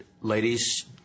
ladies